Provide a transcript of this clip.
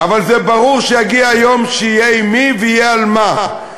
אבל ברור שיגיע יום שיהיה עם מי ויהיה על מה.